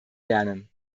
lernen